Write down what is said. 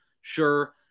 Sure